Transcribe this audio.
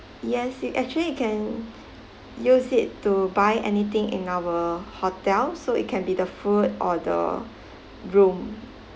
yes you actually you can use it to buy anything in our hotel so it can be the food or the room